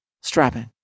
strapping